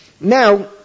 now